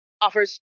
offers